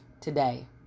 today